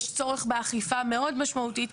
יש צורך באכיפה מאוד משמעותית.